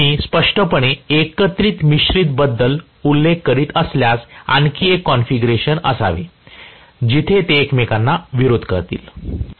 तर मी स्पष्टपणे एकत्रित मिश्रित बद्दल उल्लेख करीत असल्यास आणखी एक कॉन्फिगरेशन असावी जेथे ते एकमेकांना विरोध करतील